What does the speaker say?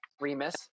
Remus